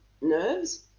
nerves